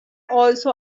also